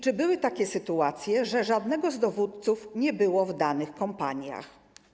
Czy były takie sytuacje, że żadnego z dowódców nie było w danych kompaniach?